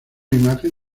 imagen